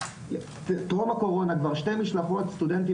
טרום הקורונה כבר שתי משלחות סטודנטים